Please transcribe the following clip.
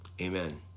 Amen